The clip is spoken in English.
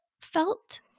felt